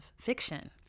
fiction